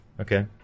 Okay